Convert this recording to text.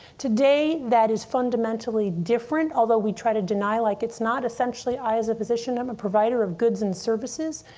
today that is fundamentally different, although we try to deny like it's not. essentially i, as a physician, am a provider of goods and services.